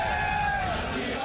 מה גדול הכאב.